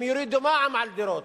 אם יורידו את המע"מ על דירות,